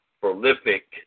prolific